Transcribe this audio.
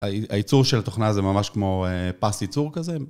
הייצור של התוכנה הזו ממש כמו פס ייצור כזה.